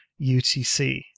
UTC